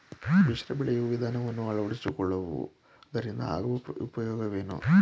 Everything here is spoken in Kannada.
ಮಿಶ್ರ ಬೆಳೆಯ ವಿಧಾನವನ್ನು ಆಳವಡಿಸಿಕೊಳ್ಳುವುದರಿಂದ ಆಗುವ ಉಪಯೋಗವೇನು?